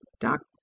doc